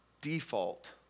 default